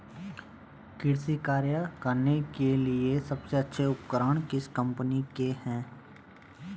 कृषि कार्य करने के लिए सबसे अच्छे उपकरण किस कंपनी के हैं?